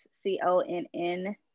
C-O-N-N